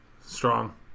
Strong